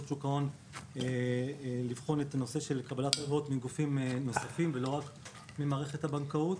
שוק ההון ולבחון קבלת הלוואות מגופים נוספים ולא רק ממערכת הבנקאות.